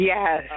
Yes